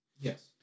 Yes